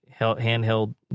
handheld